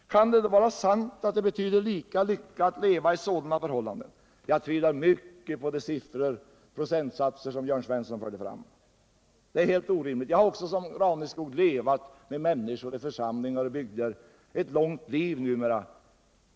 Kan det då vara sant att det betyder lika stor lycka att leva i sådana förhållanden? Jag tvivlar mycket på de siffror och procentsatser som Jörn Svensson har lagt fram. De är helt orimliga. Jag har numera, i likhet med Gunde Raneskog, levat ett långt liv med människor i församlingar och bygder.